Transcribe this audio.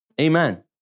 amen